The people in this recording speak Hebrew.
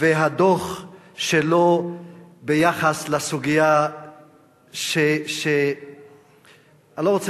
והדוח שלו ביחס לסוגיה שאני לא רוצה